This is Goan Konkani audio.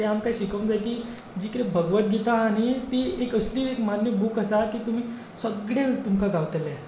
तें आमकां शिकोवंक जाय की जी कितें भगवदगीता आसा न्हय ती एक असली एक मान्य बूक आसा की तुमी सगळें तुमकां गावतलें